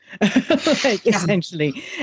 essentially